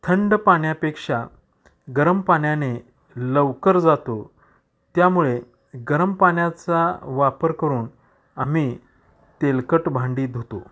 थंड पाण्यापेक्षा गरम पाण्याने लवकर जातो त्यामुळे गरम पाण्याचा वापर करून आम्ही तेलकट भांडी धुतो